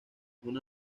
una